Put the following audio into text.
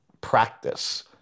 practice